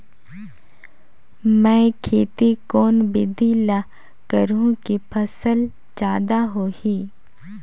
मै खेती कोन बिधी ल करहु कि फसल जादा होही